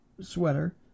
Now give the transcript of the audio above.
sweater